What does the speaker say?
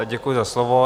Děkuji za slovo.